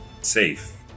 safe